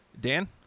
dan